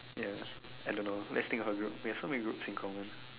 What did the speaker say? ya I don't know let's think of a group we have so many groups in common